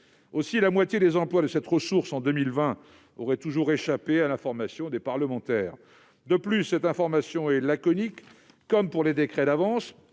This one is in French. d'euros. La moitié des emplois de cette ressource en 2020 aurait donc toujours échappé à la connaissance des parlementaires. En outre, cette information est laconique, comme pour les décrets d'avance.